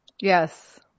Yes